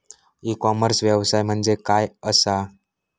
E commerce व्यवसाय म्हणजे काय असा?